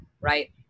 Right